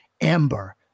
amber